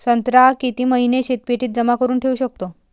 संत्रा किती महिने शीतपेटीत जमा करुन ठेऊ शकतो?